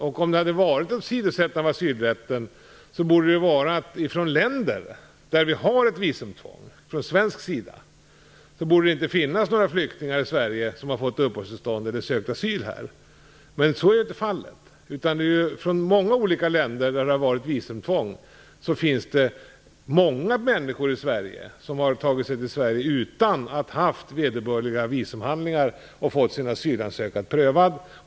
Om det skulle ha varit fråga om att åsidosätta asylrätten, borde det inte finnas några flyktingar i Sverige som fått uppehållstillstånd eller sökt asyl här från länder där vi har visumtvång. Men så är inte fallet. Det finns många människor i Sverige från länder där det har varit visumtvång. De har tagit sig hit utan att ha haft vederbörliga visumhandlingar och fått sin asylansökan prövad.